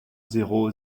zéro